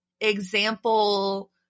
example